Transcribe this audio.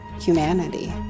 humanity